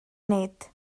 nid